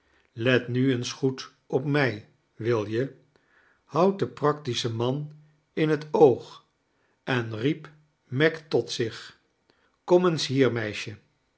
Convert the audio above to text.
let nu eens goed op mij wil je houdt den practischen man in het oog en riep meg tot zich kom eens hier